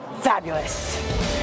fabulous